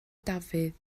dafydd